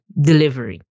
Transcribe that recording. delivery